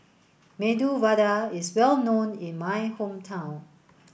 Medu Vada is well known in my hometown